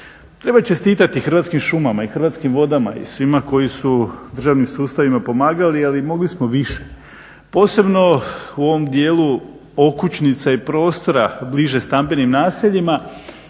Treba čestitati Hrvatskim šumama i Hrvatskim vodama i svima koji su državnim sustavima pomagali ali mogli smo više, posebno u ovom dijelu okućnica i prostora bliže stambenim naseljima,